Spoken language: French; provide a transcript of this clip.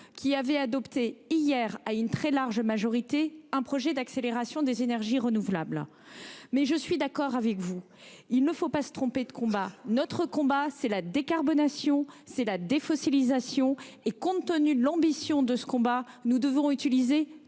qui avez adopté hier, à une très large majorité, un projet d'accélération des énergies renouvelables. Je suis d'accord avec vous : il ne faut pas se tromper de combat. Le nôtre, c'est la décarbonation et la défossilisation. Compte tenu de l'ambition de ce combat, nous devons utiliser